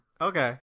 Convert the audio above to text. Okay